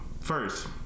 First